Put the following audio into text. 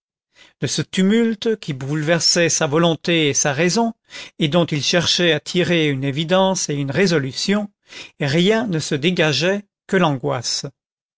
de ce tumulte qui bouleversait sa volonté et sa raison et dont il cherchait à tirer une évidence et une résolution rien ne se dégageait que l'angoisse